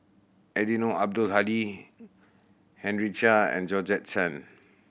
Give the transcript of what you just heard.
Eddino Abdul Hadi Henry Chia and Georgette Chen